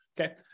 Okay